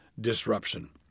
disruption